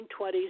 1920s